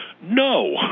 No